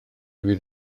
fydd